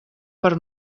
per